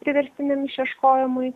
priverstiniam išieškojimui